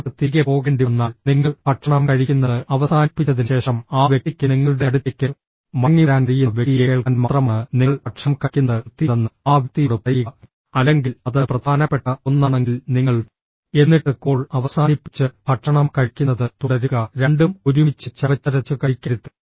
നിങ്ങൾക്ക് തിരികെ പോകേണ്ടിവന്നാൽ നിങ്ങൾ ഭക്ഷണം കഴിക്കുന്നത് അവസാനിപ്പിച്ചതിന് ശേഷം ആ വ്യക്തിക്ക് നിങ്ങളുടെ അടുത്തേക്ക് മടങ്ങിവരാൻ കഴിയുന്ന വ്യക്തിയെ കേൾക്കാൻ മാത്രമാണ് നിങ്ങൾ ഭക്ഷണം കഴിക്കുന്നത് നിർത്തിയതെന്ന് ആ വ്യക്തിയോട് പറയുക അല്ലെങ്കിൽ അത് പ്രധാനപ്പെട്ട ഒന്നാണെങ്കിൽ നിങ്ങൾ എന്നിട്ട് കോൾ അവസാനിപ്പിച്ച് ഭക്ഷണം കഴിക്കുന്നത് തുടരുക രണ്ടും ഒരുമിച്ച് ചവച്ചരച്ച് കഴിക്കരുത്